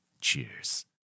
Cheers